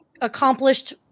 accomplished